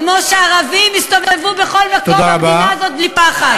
כמו שערבים יסתובבו בכל מקום במדינה הזאת בלי פחד.